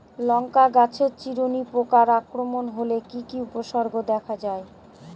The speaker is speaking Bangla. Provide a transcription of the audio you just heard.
লঙ্কা গাছের চিরুনি পোকার আক্রমণ হলে কি কি উপসর্গ দেখা যায়?